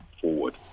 forward